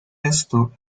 esto